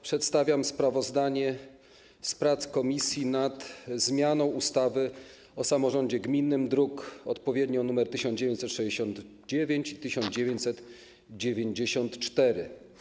Przedstawiam sprawozdanie z prac komisji nad zmianą ustawy o samorządzie gminnym, druki nr 1969 i 1994.